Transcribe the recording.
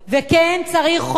וכן, צריך חוק.